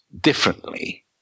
differently